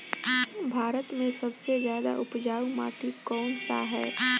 भारत मे सबसे ज्यादा उपजाऊ माटी कउन सा ह?